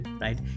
right